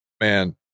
man